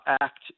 act